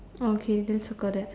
oh okay then circle that